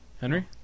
Henry